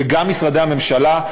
וגם משרדי הממשלה,